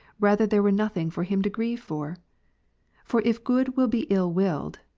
rather there were nothing for him to grieve for. for if good will be ill willed,